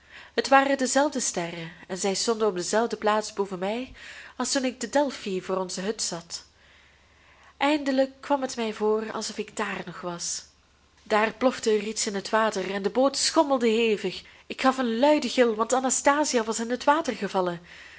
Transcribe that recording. het waren dezelfde sterren en zij stonden op dezelfde plaats boven mij als toen ik te delphi voor onze hut zat eindelijk kwam het mij voor alsof ik daar nog was daar plofte er iets in het water en de boot schommelde hevig ik gaf een luiden gil want anastasia was in het water gevallen